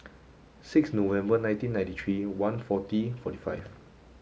six November nineteen ninety three one forty forty five